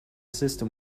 system